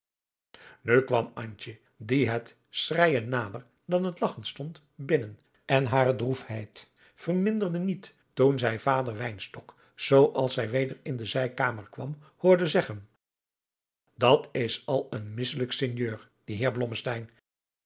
nu kwam antje die het schreijen nader dan het lagchen stond binnen en hare droes heid adriaan loosjes pzn het leven van johannes wouter blommesteyn verminderde niet toen zij vader wynstok zoo als zij weder in de zijkamer kwam hoorde zeggen dat is al een misselijke sinjeur die heer